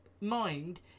mind